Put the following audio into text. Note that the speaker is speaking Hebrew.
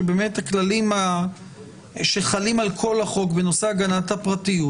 שבאמת הכללים שחלים על כל החוק בנושא הגנת הפרטיות